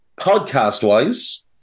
Podcast-wise